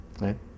right